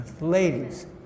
ladies